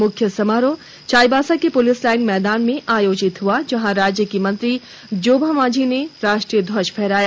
मुख्य समारोह चाईबासा के पुलिस लाइन मैदान में आयोजित हुआ जहां राज्य की मंत्री जोबा मांझी ने राष्ट्रीय ध्वज फहराया